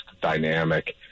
dynamic